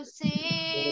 see